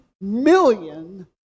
million